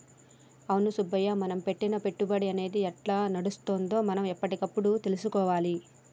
అవును సుబ్బయ్య మనం పెట్టిన పెట్టుబడి అనేది ఎట్లా నడుస్తుందో మనం ఎప్పటికప్పుడు తెలుసుకోవాలి